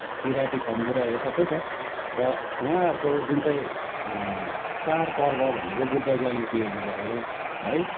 किराँती खम्बु राईहरू सबै छ र उहाँहरूको जुन चाहिँ चाडपर्व भनेको बुद्ध जयन्तीहरू भयो है